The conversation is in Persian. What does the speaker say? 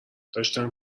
داشتم